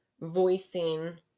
voicing